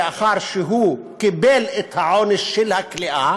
לאחר שהוא קיבל את העונש של הכליאה